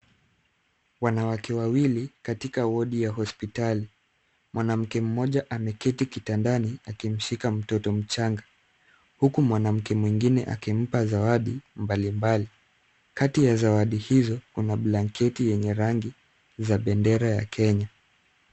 Wanawake wawili katika wodi ya hospitali. Mwanamke mmoja ameketi kitandani akimshika mtoto mchanga, huku mwanamke mwingine akimpa zawadi mbali mbali. Kati ya zawadi hizo, kuna blanketi yenye rangi za bendera ya Kenya.